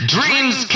Dreams